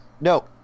No